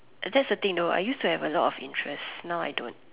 that's the thing though I used to have a lot of interests now I don't